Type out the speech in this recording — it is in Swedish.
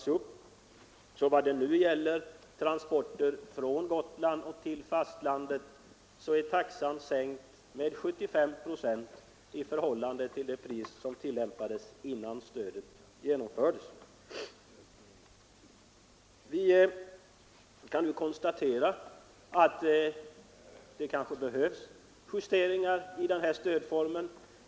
En utredning har gjorts, och för transporter från Gotland till fastlandet är taxan i dag sänkt med 75 procent i förhållande till det pris som tillämpades innan stödet infördes. Vi kan nu konstatera att det kanske behövs justeringar av stödet.